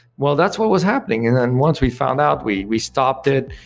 well, that's what was happening. and then once we found out, we we stopped it,